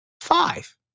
Five